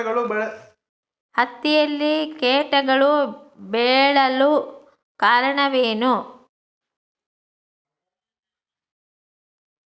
ಹತ್ತಿಯಲ್ಲಿ ಕೇಟಗಳು ಬೇಳಲು ಕಾರಣವೇನು?